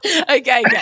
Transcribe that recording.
Okay